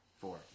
Four